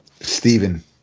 Stephen